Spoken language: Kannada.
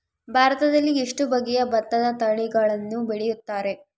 ಭಾರತದಲ್ಲಿ ಎಷ್ಟು ಬಗೆಯ ಭತ್ತದ ತಳಿಗಳನ್ನು ಬೆಳೆಯುತ್ತಾರೆ?